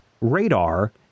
radar